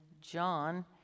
John